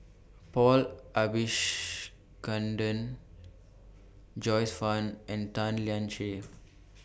Paul Abisheganaden Joyce fan and Tan Lian Chye